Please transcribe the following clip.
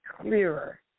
clearer